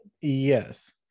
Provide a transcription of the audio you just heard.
Yes